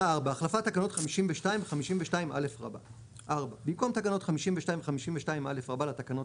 החלפת תקנות 52 ו- 52א 4. במקום תקנות 52 ו- 52א לתקנות